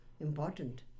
important